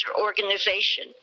organization